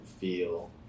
feel